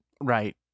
Right